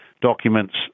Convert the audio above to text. documents